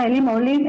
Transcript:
החיילים העולים,